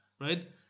right